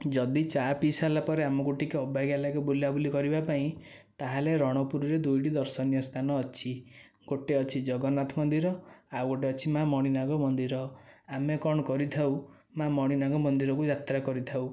ଯଦି ଚା ପିଇ ସାରିଲା ପରେ ଆମକୁ ଟିକେ ଅବାଗିଆ ଲାଗେ ବୁଲା ବୁଲି କରିବା ପାଇଁ ତାହେଲେ ରଣପୁରରେ ଦୁଇଟି ଦର୍ଶନୀୟ ସ୍ଥାନ ଅଛି ଗୋଟିଏ ଅଛି ଜଗନ୍ନାଥ ମନ୍ଦିର ଆଉ ଗୋଟିଏ ଅଛି ମା' ମଣିନାଗ ମନ୍ଦିର ଆମେ କ'ଣ କରିଥାଉ ମା' ମଣିନାଗ ମନ୍ଦିରକୁ ଯାତ୍ରା କରିଥାଉ